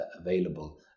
available